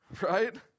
right